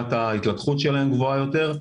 נקודת ההתלקחות שלהם גבוהה יותר.